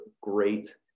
great